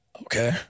Okay